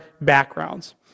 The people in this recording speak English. backgrounds